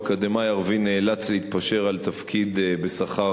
אקדמאי ערבי נאלץ להתפשר על תפקיד בשכר